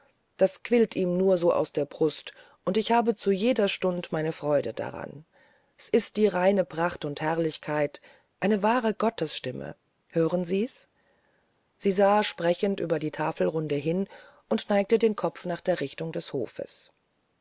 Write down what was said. das quillt ihm nur so aus der brust und ich hab zu jeder stund meine freude dran s ist die reine pracht und herrlichkeit eine wahre gottesstimme hören sie's sie sah sprechend über die tafelrunde hin und neigte den kopf nach der richtung des hofes